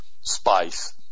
spice